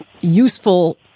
useful